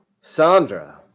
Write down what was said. Sandra